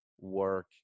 work